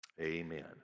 Amen